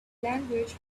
language